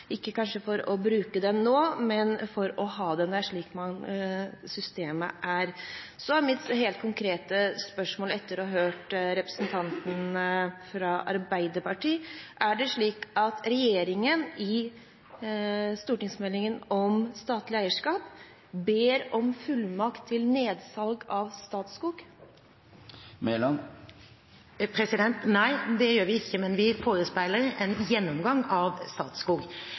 kanskje ikke for å bruke den nå, men for å ha den – slik systemet er. Mitt konkrete spørsmål, etter å ha hørt representanten fra Arbeiderpartiet, er: Er det slik at regjeringen i stortingsmeldingen om statlig eierskap ber om fullmakt til nedsalg av Statskog? Nei, det gjør vi ikke, men vi forespeiler en gjennomgang av Statskog,